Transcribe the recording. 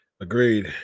Agreed